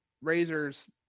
razors